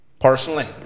personally